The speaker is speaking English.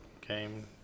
game